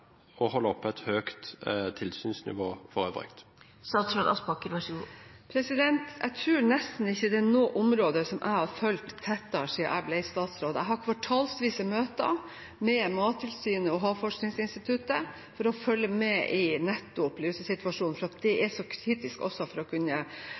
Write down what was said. og holde oppe et høyt tilsynsnivå for øvrig? Jeg tror nesten ikke det er noe område som jeg har fulgt tettere siden jeg ble statsråd. Jeg har kvartalsvise møter med Mattilsynet og Havforskningsinstituttet for å følge med i nettopp lusesituasjonen fordi det er så kritisk også for å kunne